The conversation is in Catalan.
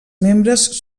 membres